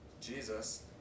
Jesus